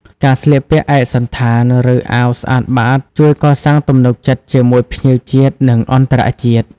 ការស្លៀកពាក់ឯកសណ្ឋាន ឬអាវស្អាតបាត ជួយកសាងទំនុកចិត្តជាមួយភ្ញៀវជាតិ និងអន្តរជាតិ។